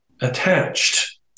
attached